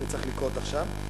זה צריך לקרות עכשיו.